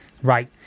Right